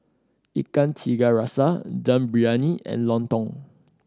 Ikan Tiga Rasa Dum Briyani and lontong